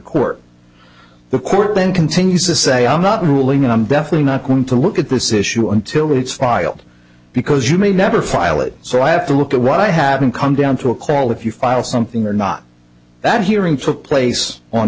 court the court then continues to say i'm not ruling i'm definitely not going to look at this issue until it's filed because you may never file it so i have to look at what i haven't come down to a crawl if you file something or not that hearing for place on